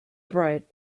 bright